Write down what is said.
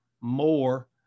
more